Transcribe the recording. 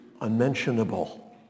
unmentionable